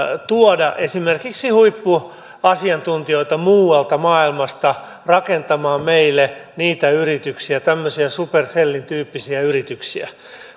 tuoda esimerkiksi huippuasiantuntijoita muualta maailmasta rakentamaan meille niitä yrityksiä ja tämmöisiä supercellin tyyppisiä yrityksiä